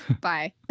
bye